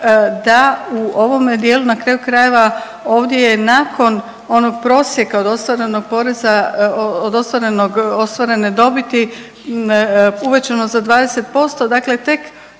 da u ovome dijelu, na kraju krajeva ovdje je nakon onog prosjeka od ostvarenog poreza, od ostvarenog, ostvarene dobiti uvećano za 20% dakle tek